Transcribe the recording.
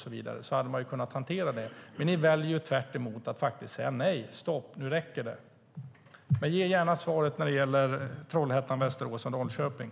Då hade man kunnat hantera det. Ni väljer tvärtemot att säga nej, stopp, nu räcker det. Ge gärna svaret när det gäller Trollhättan, Västerås och Norrköping!